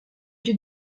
you